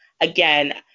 again